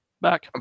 back